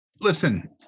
listen